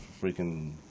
freaking –